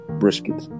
brisket